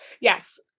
Yes